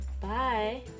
bye